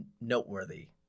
noteworthy